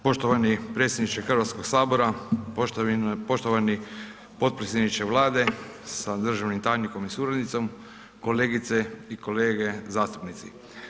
Poštovani predsjedniče Hrvatskog sabora, poštovani potpredsjedniče Vlade sa državnim tajnikom i suradnicom, kolegice i kolege zastupnici.